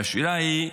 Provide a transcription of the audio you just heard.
והשאלה היא,